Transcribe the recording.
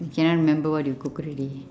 cannot remember what you cook already